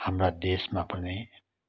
हाम्रा देशमा पनि